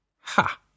Ha